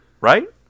Right